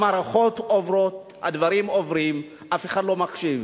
המערכות עוברות, הדברים עוברים, אף אחד לא מקשיב.